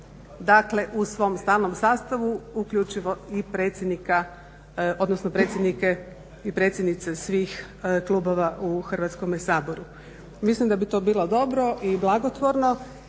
dakle u svom stalnom sastavu, uključivo i predsjednika, odnosno predsjednike i predsjednice svih klubova u Hrvatskome saboru. Mislim da bi to bilo dobro i blagotvorno